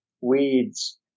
Weeds